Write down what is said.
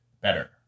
better